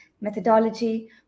methodology